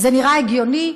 זה נראה הגיוני?